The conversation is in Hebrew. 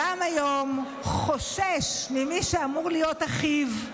גם היום חושש ממי שאמור להיות אחיו,